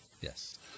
Yes